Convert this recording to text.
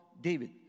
David